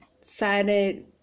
Sided